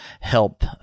help